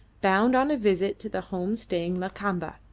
bound on a visit to the home-staying lakamba.